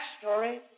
story